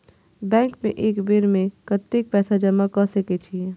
Bank में एक बेर में कतेक पैसा जमा कर सके छीये?